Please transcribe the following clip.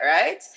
right